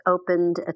opened